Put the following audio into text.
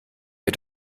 mir